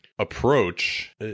approach